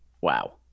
Wow